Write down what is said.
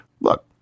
Look